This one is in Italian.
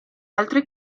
altre